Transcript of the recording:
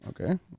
Okay